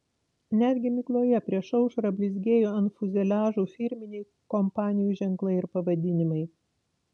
netgi migloje prieš aušrą blizgėjo ant fiuzeliažų firminiai kompanijų ženklai ir pavadinimai